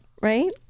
Right